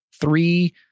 three